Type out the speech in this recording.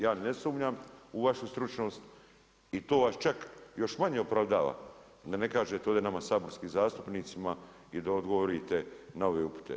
Ja ne sumnjam u vašu stručnost i to vas čak još manje opravdava, da ne kažete ovdje nama saborskim zastupnicima i da odgovorite na ove upite.